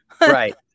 Right